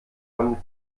von